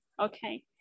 okay